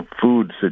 food